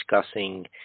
discussing